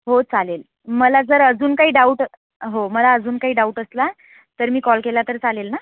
हो चालेल मला जर अजून काही डाऊट हो मला अजून काही डाऊट असला तर मी कॉल केला तर चालेल ना